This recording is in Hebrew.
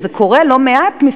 וזה קורה לא מעט,